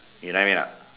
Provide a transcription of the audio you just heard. you know what I mean or not